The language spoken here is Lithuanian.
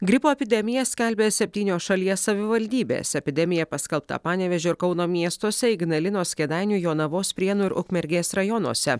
gripo epidemiją skelbia septynios šalies savivaldybės epidemija paskelbta panevėžio ir kauno miestuose ignalinos kėdainių jonavos prienų ir ukmergės rajonuose